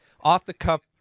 off-the-cuff